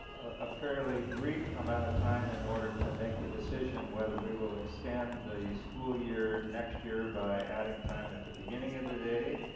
a fairly brief amount of time in order to make the decision whether we will extend the school year next year by adding time at the beginning of the day,